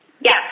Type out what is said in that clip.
Yes